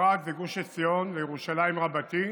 אפרת וגוש עציון לירושלים רבתי,